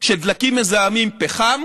של דלקים מזהמים, פחם